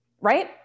right